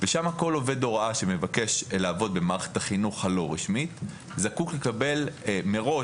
ושם כל עובד הוראה שמבקש לעבוד במערכת החינוך הלא רשמית זקוק לקבל מראש,